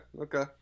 Okay